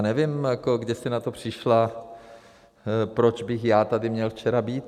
Nevím, kde jste na to přišla, proč bych já tady měl včera být.